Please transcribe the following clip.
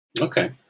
Okay